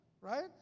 right